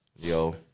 Yo